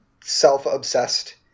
self-obsessed